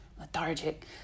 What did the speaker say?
lethargic